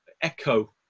echo